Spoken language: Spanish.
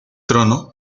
trono